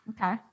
Okay